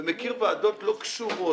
ומכיר ועדות לא קשורות.